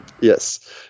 Yes